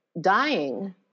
dying